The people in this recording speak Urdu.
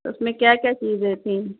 تو اس میں کیا کیا چیزیں تھیں